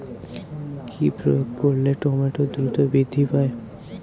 কি প্রয়োগ করলে টমেটো দ্রুত বৃদ্ধি পায়?